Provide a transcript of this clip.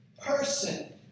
person